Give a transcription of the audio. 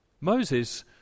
Moses